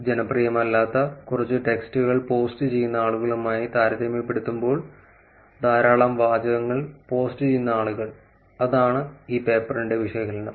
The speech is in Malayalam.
ജനപ്രിയമല്ലാത്ത കുറച്ച് ടെക്സ്റ്റുകൾ പോസ്റ്റുചെയ്യുന്ന ആളുകളുമായി താരതമ്യപ്പെടുത്തുമ്പോൾ ധാരാളം വാചകങ്ങൾ പോസ്റ്റുചെയ്യുന്ന ആളുകൾ അതാണ് ഈ പേപ്പറിന്റെ വിശകലനം